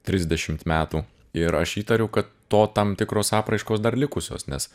trisdešimt metų ir aš įtariu kad to tam tikros apraiškos dar likusios nes